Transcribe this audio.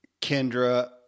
Kendra